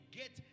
get